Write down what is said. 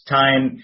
time